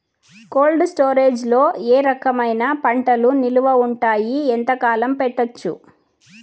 Cold storage లో ఏ రకమైన పంటలు నిలువ ఉంటాయి, ఎంతకాలం పెట్టొచ్చు?